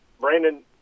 Brandon